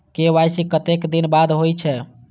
KYC कतेक दिन बाद होई छै?